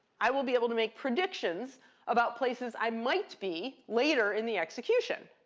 i will be able to make predictions about places i might be later in the execution.